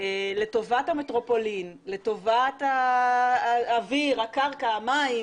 לטובת המטרופולין, לטובת האוויר, הקרקע, המים,